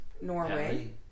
Norway